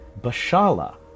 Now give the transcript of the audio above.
Bashala